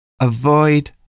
Avoid